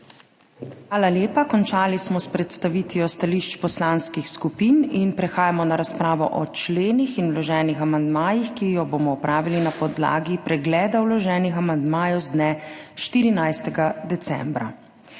Hvala lepa. Končali smo s predstavitvijo stališč poslanskih skupin. Prehajamo na razpravo o členih in vloženih amandmajih, ki jo bomo opravili na podlagi pregleda vloženih amandmajev z dne 14. decembra.